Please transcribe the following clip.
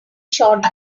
short